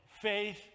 Faith